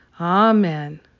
Amen